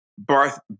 Barth